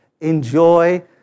Enjoy